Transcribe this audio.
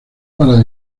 para